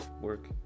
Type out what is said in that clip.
work